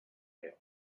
tail